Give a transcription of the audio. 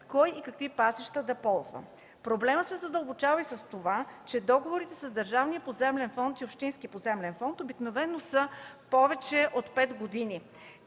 кой и какви пасища да ползва. Проблемът се задълбочава и с това, че договорите с Държавния поземлен фонд и Общинския поземлен фонд обикновено са повече от пет години